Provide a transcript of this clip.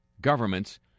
governments